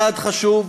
צעד חשוב,